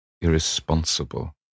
irresponsible